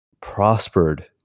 prospered